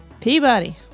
Peabody